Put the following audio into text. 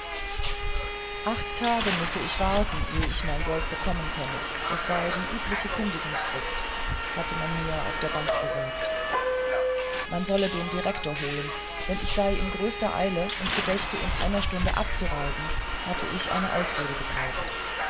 acht tage müsse ich warten ehe ich mein geld bekommen könne es sei das die übliche kündigungsfrist hatte man mir auf der bank gesagt man solle den direktor holen denn ich sei in größter eile und gedächte in einer stunde abzureisen hatte ich eine ausrede gebraucht